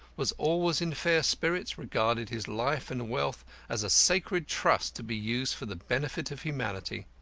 was always in fair spirits, regarded his life and wealth as a sacred trust to be used for the benefit of humanity.